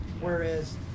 Whereas